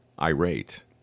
irate